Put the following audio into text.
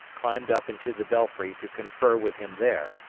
climbed up into the belfry to confer with him there,